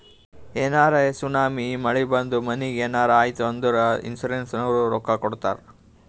ಏನರೇ ಸುನಾಮಿ, ಮಳಿ ಬಂದು ಮನಿಗ್ ಏನರೇ ಆಯ್ತ್ ಅಂದುರ್ ಇನ್ಸೂರೆನ್ಸನವ್ರು ರೊಕ್ಕಾ ಕೊಡ್ತಾರ್